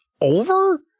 over